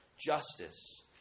justice